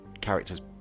characters